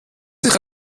sich